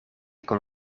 kon